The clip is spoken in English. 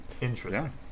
Interesting